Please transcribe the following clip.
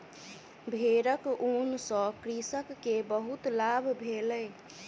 भेड़क ऊन सॅ कृषक के बहुत लाभ भेलै